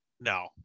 No